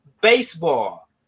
baseball